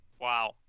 Wow